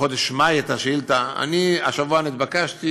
בחודש מאי את השאילתה, אני השבוע התבקשתי.